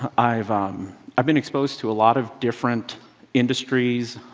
i've um i've been exposed to a lot of different industries,